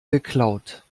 geklaut